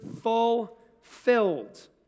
fulfilled